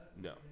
No